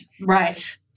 Right